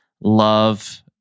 love